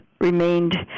remained